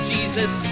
Jesus